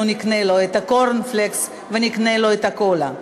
נקנה לו את הפופקורן ונקנה לו את הקולה,